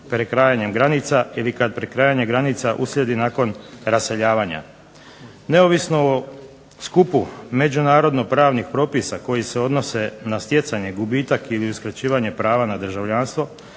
prekrajanjem granica ili kad prekrajanje granica uslijedi nakon raseljavanja. Neovisno o skupu međunarodno-pravnih propisa koji se odnose na stjecanje, gubitak ili uskraćivanje prava na državljanstvo,